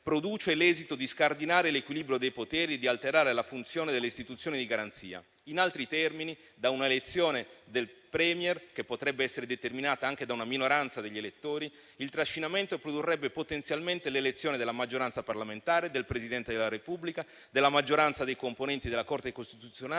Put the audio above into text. produce l'esito di scardinare l'equilibrio dei poteri, di alterare la funzione delle istituzioni di garanzia. In altri termini, da una elezione del *Premier*, che potrebbe essere determinata anche da una minoranza degli elettori, il trascinamento produrrebbe potenzialmente le elezioni della maggioranza parlamentare, del Presidente della Repubblica, della maggioranza dei componenti della Corte costituzionale